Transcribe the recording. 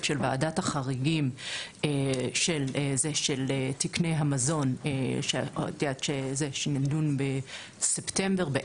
של ועדת החריגים של תקני המזון שנידונו בספטמבר,